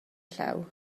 llaw